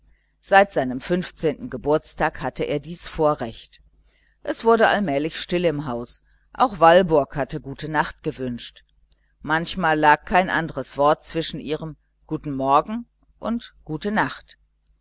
seit seinem fünfzehnten geburtstag hatte er dies vorrecht es wurde allmählich still im haus auch walburg hatte gute nacht gewünscht manchmal lag kein anderes wort zwischen ihrem guten morgen und gute nacht